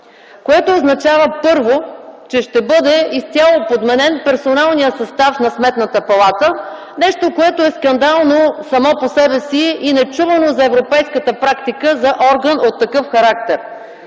Това означава, първо, че ще бъде изцяло подменен персоналният състав на Сметната палата - нещо, което е скандално само по себе си и нечувано за европейската практика за орган от такъв характер.